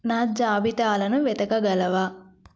నా జాబితాలను వెతకగలవా